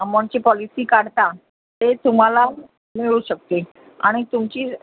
अमाऊंटची policy काढता ते तुम्हाला मिळू शकते आणि तुमची